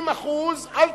60% אל תחשיבו.